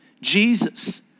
Jesus